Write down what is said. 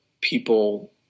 people